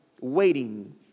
waiting